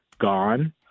gone